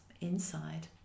inside